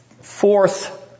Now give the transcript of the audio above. fourth